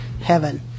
heaven